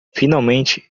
finalmente